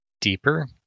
deeper